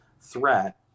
threat